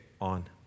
on